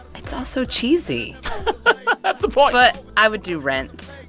it's all so cheesy that's the point but i would do rent.